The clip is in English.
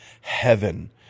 heaven